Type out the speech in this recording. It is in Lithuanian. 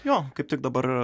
jo kaip tik dabar